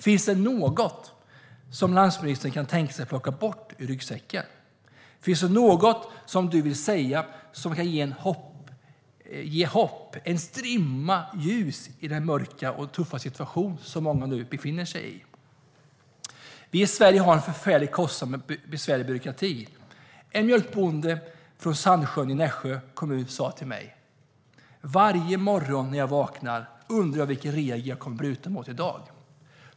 Finns det något som landsbygdsministern kan tänka sig att plocka bort ur ryggsäcken? Finns det något som du vill säga som kan ge hopp och en strimma ljus i den mörka och tuffa situation som många nu befinner sig i? Vi i Sverige har en förfärligt kostsam och besvärlig byråkrati. Varje morgon när jag vaknar undrar jag vilken regel jag kommer att bryta mot i dag, sa en mjölkbonde från Sandsjö i Nässjö kommun till mig.